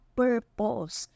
purpose